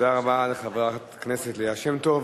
תודה רבה לחברת הכנסת ליה שמטוב.